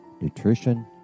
nutrition